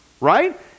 right